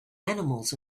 animals